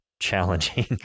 challenging